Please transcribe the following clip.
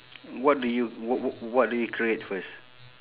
what do you w~ w~ what do you create first